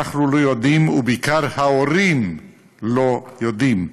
אנחנו לא יודעים, ובעיקר, ההורים לא יודעים.